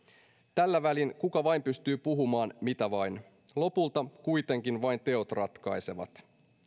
tällä välin kuka vain pystyy puhumaan mitä vain lopulta kuitenkin vain teot ratkaisevat